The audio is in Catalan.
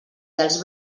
dels